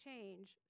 change